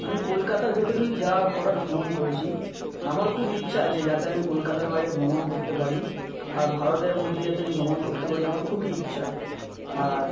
আমি কলকাতার ভেতরেই যা করার ভ্রমণ করেছি আমার খুব ইচ্ছা আছে যাতে আমি কলকাতার বাইরে ভ্রমণ করতে পারি আর ভারতের মধ্যে যাতে আমি ভ্রমণ করতে পারি আমার খুবই ইচ্ছা আর